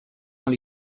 dans